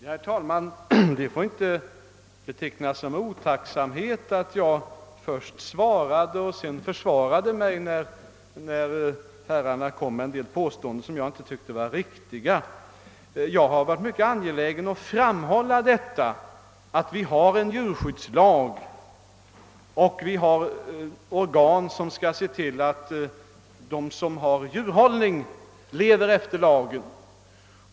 Herr talman! Det får inte betecknas som otacksamhet att jag först svarade och sedan försvarade mig när herrarna gjorde en del påståenden som jag inte tyckte var riktiga. Jag har varit mycket angelägen att framhålla att vi har en djurskyddslag och att vi har organ som skall se till att de som håller djur lever efter lagen.